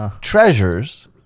treasures